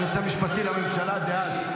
היועץ המשפטי לממשלה דאז.